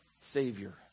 Savior